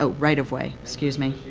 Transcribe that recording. ah right of way. excuse me.